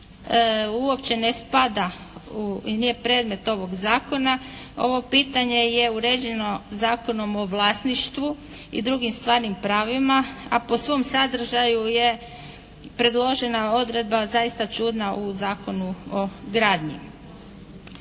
uopće ne spada i nije predmet ovog zakona. Ovo pitanje je uređeno Zakonom o vlasništvu i drugim stvarnim pravima, a po svom sadržaju je predložena odredba zaista čudna u Zakonu o gradnji.